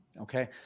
Okay